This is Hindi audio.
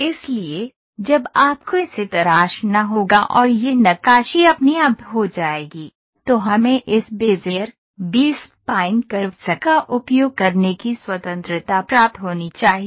इसलिए जब आपको इसे तराशना होगा और यह नक्काशी अपने आप हो जाएगी तो हमें इस बेज़ियर बी स्पाइन कर्व्स का उपयोग करने की स्वतंत्रता प्राप्त होनी चाहिए